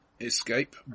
escape